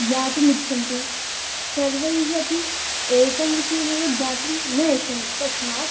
ज्ञातुमिच्छन्ति सर्वैः अपि एकं विषयमेव ज्ञातुं न इच्छन्ति तस्मात्